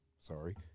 Sorry